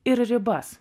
ir ribas